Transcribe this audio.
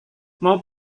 mau